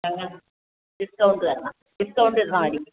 ഞങ്ങൾ ഡിസ്കൗണ്ട് തരണം ഡിസ്കൗണ്ട് ഇടണമായിരിക്കും